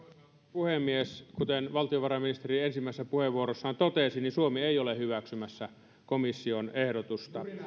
puhemies kuten valtiovarainministeri ensimmäisessä puheenvuorossaan totesi niin suomi ei ole hyväksymässä komission ehdotusta